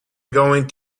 going